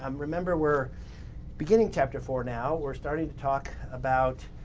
um remember we're beginning chapter four now, we're starting to talk about